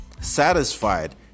satisfied